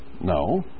No